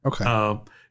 Okay